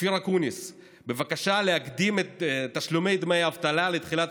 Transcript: אופיר אקוניס בבקשה להקדים את תשלומי דמי האבטלה לתחילת